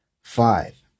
five